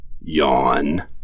Yawn